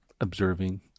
Observing